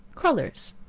crullers.